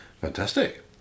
Fantastic